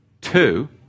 two